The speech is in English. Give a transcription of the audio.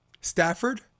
Stafford